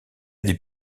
des